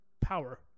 power